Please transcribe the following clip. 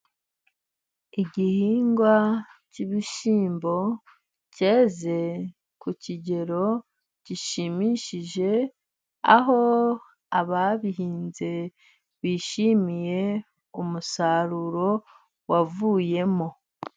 Igihingwa cy'ibishyimbo cyeze ku kigero gishimishije, aho ababihinze bishimiye umusaruro wavuyemo.